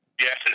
Yes